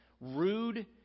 rude